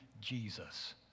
Jesus